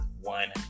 One